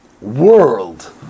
world